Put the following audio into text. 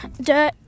dirt